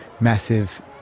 massive